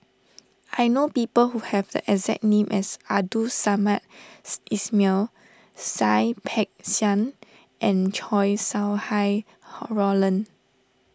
I know people who have the exact name as Abdul Samad Ismail Seah Peck Seah and Chow Sau Hai Roland